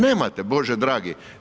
Nemate, bože dragi.